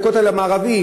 שזה הכותל המערבי,